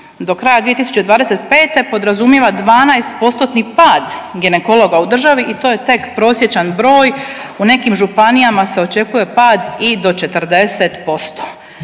do kraja 2025. podrazumijeva 12 postotni pad ginekologa u državi i to je tek prosječan broj, u nekim županijama se očekuje pad i do 40%,